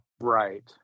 Right